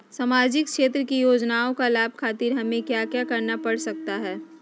सामाजिक क्षेत्र की योजनाओं का लाभ खातिर हमें क्या क्या करना पड़ सकता है?